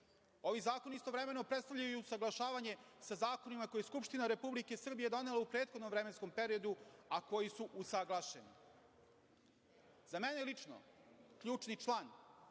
Ovi zakoni istovremeno predstavljaju i usaglašavanje sa zakonima koje je Skupština Republike Srbije donela u prethodnom vremenskom periodu, a koji su usaglašeni.Za mene lično, ključni član